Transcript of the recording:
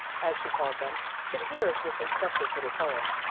as she called them, should hear of this instructive little poem.